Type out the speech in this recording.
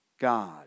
God